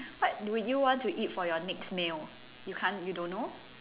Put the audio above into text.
what would you want to eat for your next meal you can't you don't know